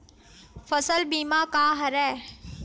फसल बीमा का हरय?